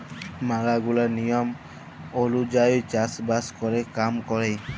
ম্যালা গুলা লিয়ম ওলুজায়ই চাষ বাস ক্যরে কাম ক্যরে